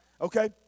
Okay